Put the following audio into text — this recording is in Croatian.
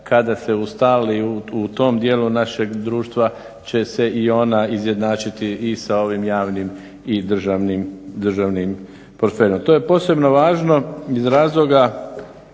kada se ustali u tom dijelu našeg društva će se i ona izjednačiti i sa ovim javnim i državnim portfeljem. To je posebno važno iz razloga